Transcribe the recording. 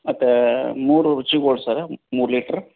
ಮತ್ತು ಮೂರು ರುಚಿ ಗೋಲ್ಡ್ ಸರ್ರ ಮೂರು ಲೀಟ್ರ್